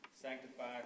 sanctified